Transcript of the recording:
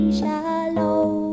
shallow